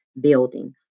building